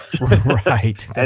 Right